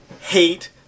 hate